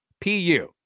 PU